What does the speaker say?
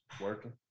Working